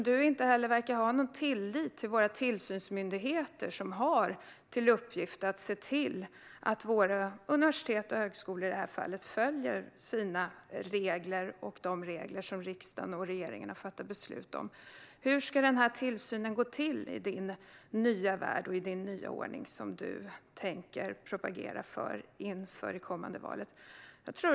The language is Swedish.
Du verkar inte ha någon tillit till våra tillsynsmyndigheter, som har till uppgift att se till att universitet och högskolor följer de regler som regeringen och riksdagen har fattat beslut om. Hur ska tillsynen gå till i din nya värld och med din nya ordning som du propagerar för inför det kommande valet?